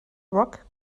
rock